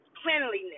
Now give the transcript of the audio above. cleanliness